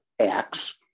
acts